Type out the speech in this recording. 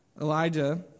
Elijah